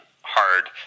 hard